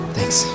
Thanks